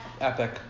epic